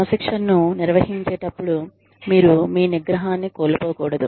క్రమశిక్షణను నిర్వహించేటప్పుడు మీరు మీ నిగ్రహాన్ని కోల్పోకూడదు